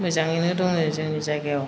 मोजांयैनो दंङ जोंनि जायगायाव